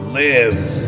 lives